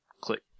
click